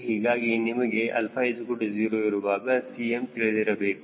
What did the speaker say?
ಹೀಗಾಗಿ ನಮಗೆ αO ಇರುವಾಗ 𝐶m ತಿಳಿದಿರಬೇಕು